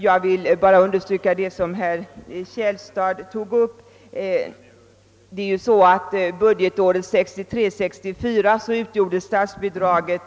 Jag vill framhålla att statsbidraget till studieförbunden budgetåret 1963/64 utgjorde